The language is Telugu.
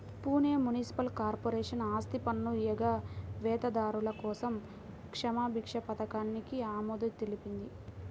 పూణె మునిసిపల్ కార్పొరేషన్ ఆస్తిపన్ను ఎగవేతదారుల కోసం క్షమాభిక్ష పథకానికి ఆమోదం తెలిపింది